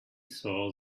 saw